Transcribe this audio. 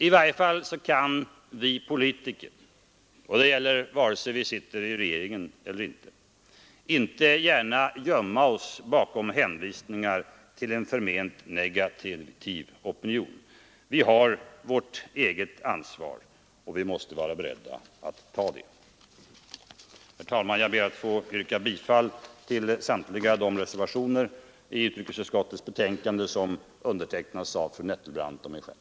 I varje fall kan vi politiker — det gäller vare sig vi sitter i regeringen eller inte — inte gärna gömma oss bakom hänvisningar till en förment negativ opinion. Vi har vårt eget ansvar, och vi måste vara beredda att ta det. Herr talman! Jag ber att få yrka bifall till reservationerna 1, 2, 6, 7, 9, 10 och 15, vilka undertecknats av fru Nettelbrandt och mig själv.